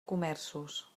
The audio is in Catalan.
comerços